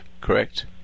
Correct